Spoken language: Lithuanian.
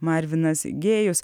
marvinas gėjus